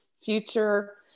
future